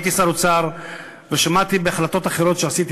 הייתי שר אוצר ושמעתי בהחלטות אחרות שקיבלתי